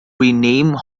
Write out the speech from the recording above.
renamed